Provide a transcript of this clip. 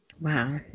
Wow